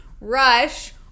rush